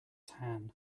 tan